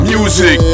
Music